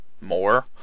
more